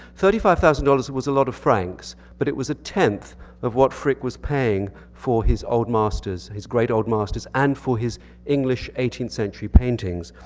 thirty five thousand dollars dollars was a lot of francs, but it was a tenth of what frick was paying for his old masters, his great old masters, and for his english eighteenth century paintings.